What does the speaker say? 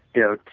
you know,